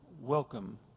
welcome